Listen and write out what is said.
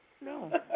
No